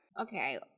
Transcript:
Okay